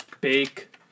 Bake